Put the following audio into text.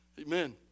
Amen